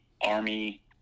Army